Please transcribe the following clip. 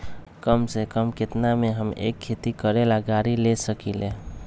कम से कम केतना में हम एक खेती करेला गाड़ी ले सकींले?